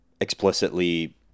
explicitly